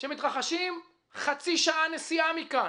שמתרחשים חצי שעה נסיעה מכאן